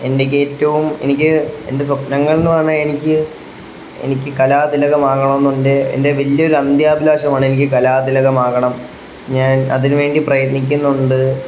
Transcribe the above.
എനിക്കേറ്റവും എനിക്ക് എൻ്റെ സ്വപ്നങ്ങളെന്നു പറഞ്ഞാല് എനിക്ക് എനിക്ക് കലാതിലകമാകണമെന്നുണ്ട് എൻ്റെ വലിയൊരു അന്ത്യാഭിലാഷമാണ് എനിക്ക് കലാതിലകമാകണം ഞാൻ അതിനുവേണ്ടി പ്രയത്നിക്കുന്നുണ്ട്